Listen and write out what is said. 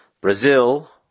Brazil